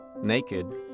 naked